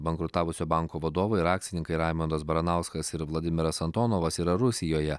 bankrutavusio banko vadovai ir akcininkai raimundas baranauskas ir vladimiras antonovas yra rusijoje